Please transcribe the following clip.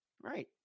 Right